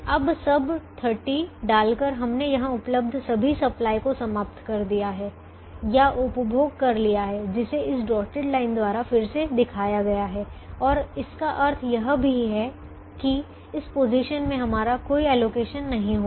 अब सब 30 डालकर हमने यहां उपलब्ध सभी सप्लाई को समाप्त कर दिया है या उपयोग कर लिया है जिसे इस डॉटेड लाइन द्वारा फिर से दिखाया गया है और इसका अर्थ यह भी है कि इस पोजीशन में हमारा कोई एलोकेशन नहीं होगा